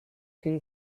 can